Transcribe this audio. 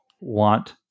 want